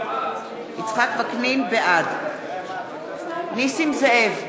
בעד נסים זאב,